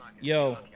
Yo